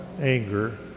anger